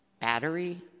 battery